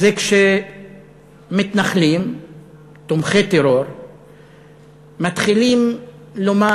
זה כשמתנחלים תומכי טרור מתחילים לומר: